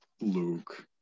Luke